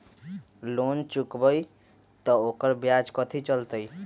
Loan चुकबई त ओकर ब्याज कथि चलतई?